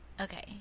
Okay